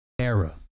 Era